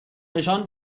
نشان